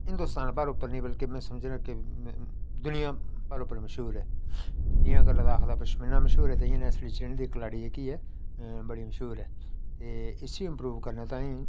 हिन्दोस्तान भर उप्पर नी बल्कि में समझना दुनियां भर उप्पर मश्हूर ऐ जि'यां के लद्दाख दा पशमीना मश्हूर ऐ ते इ'यै नेहा साढ़ी चनैनी दी कलाड़ी जेह्की ऐ बड़ी मशहूर ऐ ते इस्सी इम्परूव करनै ताईं